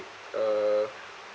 uh